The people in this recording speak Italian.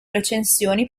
recensioni